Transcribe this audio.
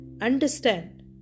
Understand